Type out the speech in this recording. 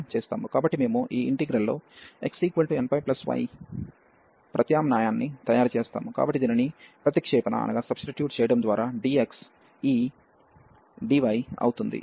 కాబట్టి మేము ఈ ఇంటిగ్రల్ లో xnπy ప్రత్యామ్నాయాన్ని తయారు చేస్తాము కాబట్టి దీనిని ప్రతిక్షేపణ చేయడం ద్వారా dx ఈ dy అవుతుంది